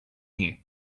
here